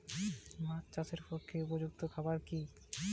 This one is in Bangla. মাছ চাষের পক্ষে উপযুক্ত খাবার কি কি?